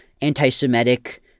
anti-Semitic